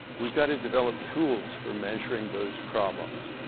we've got to develop tools for measuring those problems.